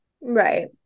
right